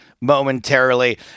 momentarily